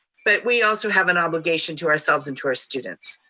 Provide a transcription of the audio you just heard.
but we also have an obligation to ourselves and to our students.